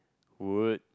would